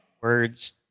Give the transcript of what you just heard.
words